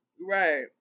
Right